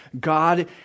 God